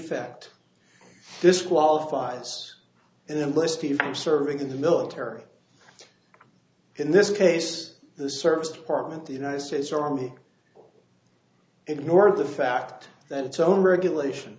ect this qualifies and i'm blessed if i'm serving in the military in this case the service department the united states army ignore the fact that its own regulation